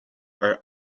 are